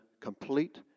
complete